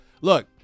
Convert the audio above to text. Look